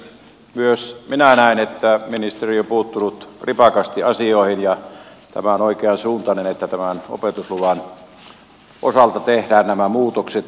myös minä näen että ministeri on puuttunut rivakasti asioihin ja tämä on oikeansuuntaista että tämän opetusluvan osalta tehdään nämä muutokset